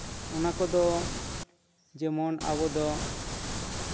ᱚᱱᱟ ᱠᱚᱫᱚ ᱡᱮᱢᱚᱱ ᱟᱵᱚ ᱫᱚ